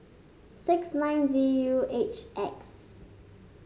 six nine Z U H X